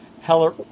Heller